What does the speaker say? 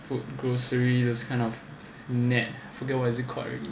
food grocery those kind of net forget what is it called already